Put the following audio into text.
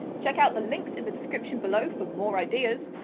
check out the links in the description below for more ideas,